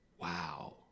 wow